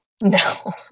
no